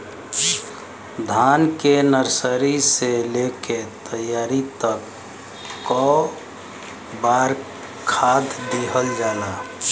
धान के नर्सरी से लेके तैयारी तक कौ बार खाद दहल जाला?